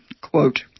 quote